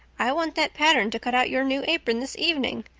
i want that pattern to cut out your new apron this evening.